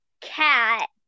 cat